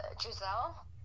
Giselle